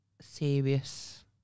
serious